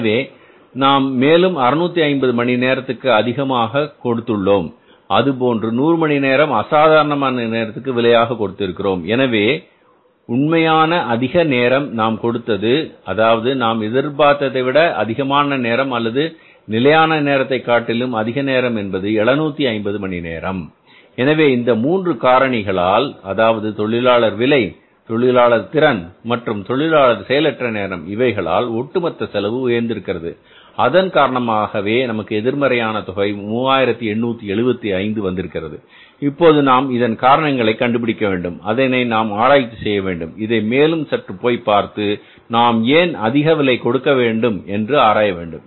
எனவே நாம் மேலும் 650 மணி நேரத்திற்கு அதிகமாக கொடுத்துள்ளோம் அதேபோன்று 100 மணி நேரம் அசாதாரணமான நேரத்திற்கு விலையாக கொடுத்திருக்கிறோம் எனவே உண்மையான அதிக நேரம் நாம் கொடுத்தது அதாவது நாம் எதிர்பார்த்ததைவிட அதிகமான நேரம் அல்லது நிலையான நேரத்தை காட்டிலும் அதிக நேரம் என்பது 750 மணி நேரம் எனவே இந்த மூன்று காரணிகளால் அதாவது தொழிலாளர் விலை தொழிலாளர் திறன் மற்றும் தொழிலாளர் செயலற்ற நேரம் இவைகளால் ஒட்டு மொத்த செலவு உயர்ந்திருக்கிறது அதன் காரணமாகவே நமக்கு எதிர்மறையான தொகை 3875 வந்திருக்கிறது இப்போது நாம் இதன் காரணங்களை கண்டுபிடிக்க வேண்டும் அதை நாம் ஆராய்ச்சி செய்யவேண்டும் இதை மேலும் சற்று போய் பார்த்து நாம் ஏன் அதிக விலை கொடுக்க வேண்டும் என்று ஆராய வேண்டும்